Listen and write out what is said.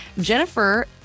Jennifer